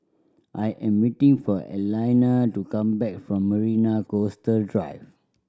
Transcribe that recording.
I am waiting for Alayna to come back from Marina Coastal Drive